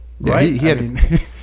Right